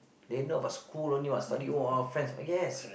then not about school only what study !wah! friends oh yes